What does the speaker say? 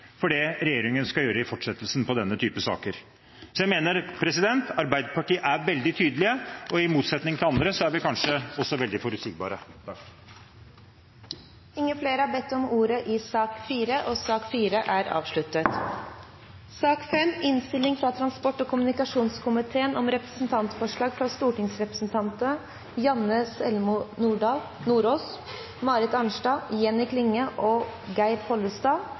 for det regjeringen skal gjøre i fortsettelsen når det gjelder denne typen saker. Så jeg mener at Arbeiderpartiet er veldig tydelige, og i motsetning til andre er vi kanskje også veldig forutsigbare. Flere har ikke bedt om ordet til sak nr. 4. Etter ønske fra transport- og kommunikasjonskomiteen vil presidenten foreslå at taletiden blir begrenset til 5 minutter til hver partigruppe og